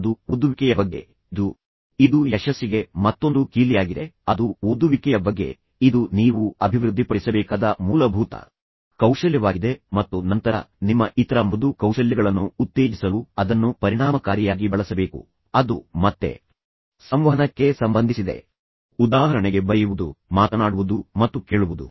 ಆದ್ದರಿಂದ ಇದು ಯಶಸ್ಸಿಗೆ ಮತ್ತೊಂದು ಕೀಲಿಯಾಗಿದೆ ಅದು ಓದುವಿಕೆಯ ಬಗ್ಗೆ ಇದು ನೀವು ಅಭಿವೃದ್ಧಿಪಡಿಸಬೇಕಾದ ಮೂಲಭೂತ ಕೌಶಲ್ಯವಾಗಿದೆ ಮತ್ತು ನಂತರ ನಿಮ್ಮ ಇತರ ಮೃದು ಕೌಶಲ್ಯಗಳನ್ನು ಉತ್ತೇಜಿಸಲು ಅದನ್ನು ಪರಿಣಾಮಕಾರಿಯಾಗಿ ಬಳಸಬೇಕು ಅದು ಮತ್ತೆ ಸಂವಹನಕ್ಕೆ ಸಂಬಂಧಿಸಿದೆ ಉದಾಹರಣೆಗೆ ಬರೆಯುವುದು ಮಾತನಾಡುವುದು ಮತ್ತು ಕೇಳುವುದು